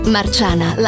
Marciana